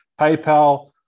PayPal